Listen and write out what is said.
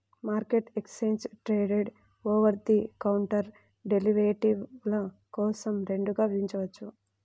మార్కెట్ను exchange traded, over the counter డెరివేటివ్ల కోసం రెండుగా విభజించవచ్చు